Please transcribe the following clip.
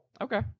Okay